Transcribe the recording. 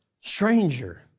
stranger